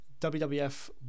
WWF